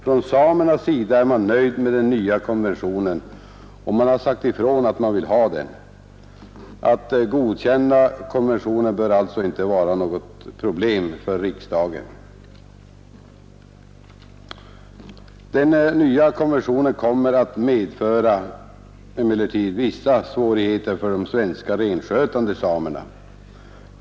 Från samernas sida är man nöjd med den nya konventionen och man har sagt ifrån att man vill ha den. Att godkänna konventionen bör alltså inte vara något problem för riksdagen. Den nya konventionen kommer emellertid att medföra vissa svårigheter för de svenska renskötande samerna.